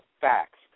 facts